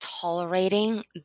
tolerating